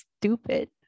stupid